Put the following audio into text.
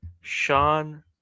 Sean